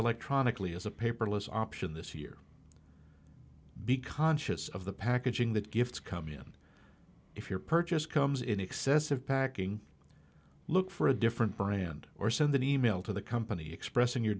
electronically as a paperless option this year be conscious of the packaging that gifts come in if your purchase comes in excess of packing look for a different brand or send an email to the company expressing your